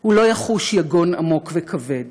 הוא לא יחוש יגון עמוק וכבד,